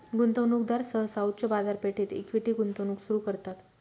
गुंतवणूकदार सहसा उच्च बाजारपेठेत इक्विटी गुंतवणूक सुरू करतात